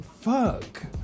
Fuck